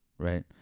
right